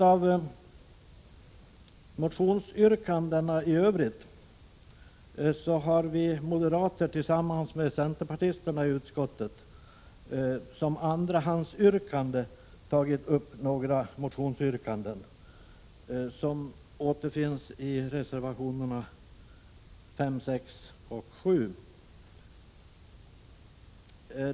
Av motionsyrkandena i övrigt har vi moderater tillsammans med centerpartisterna i utskottet som andrahandsyrkande tagit upp några motionsyrkanden som återfinns i reservationerna nr 5, 6 och 7.